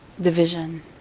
division